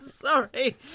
Sorry